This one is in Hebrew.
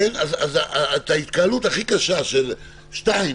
אז ההתקהלות הכי קשה של שניים,